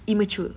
immature